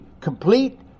complete